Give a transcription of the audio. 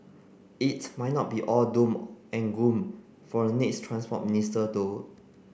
it might not be all doom and gloom for the next Transport Minister though